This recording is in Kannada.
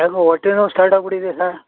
ಯಾಕೋ ಹೊಟ್ಟೆ ನೋವು ಸ್ಟಾರ್ಟ್ ಆಗ್ಬಿಟ್ಟಿದೆ ಸಾರ್